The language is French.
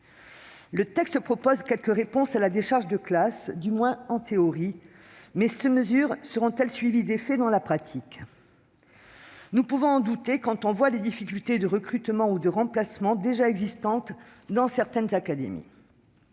Le texte apporte quelques réponses au sujet des décharges de classe, du moins en théorie. Mais ces mesures seront-elles suivies d'effet dans la pratique ? Nous pouvons en douter, eu égard aux difficultés de recrutement ou de remplacement déjà constatées dans certaines académies.